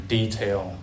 detail